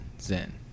zen